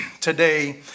today